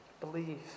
Believe